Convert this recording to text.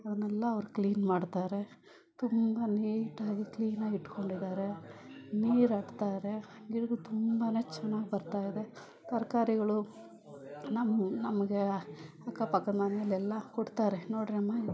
ಅವನೆಲ್ಲ ಅವ್ರು ಕ್ಲೀನ್ ಮಾಡ್ತಾರೆ ತುಂಬ ನೀಟಾಗಿ ಕ್ಲೀನಾಗಿ ಇಟ್ಕೊಂಡಿದ್ದಾರೆ ನೀರಟ್ತಾರೆ ಗಿಡಗಳು ತುಂಬನೇ ಚೆನ್ನಾಗಿ ಬರ್ತಾಯಿದೆ ತರಕಾಗಳು ನಮ್ಮ ನಮಗೆ ಅಕ್ಕಪಕ್ಕದ ಮನೆಲೆಲ್ಲ ಕೊಡ್ತಾರೆ ನೋಡ್ರಿಯಮ್ಮ